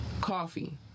Coffee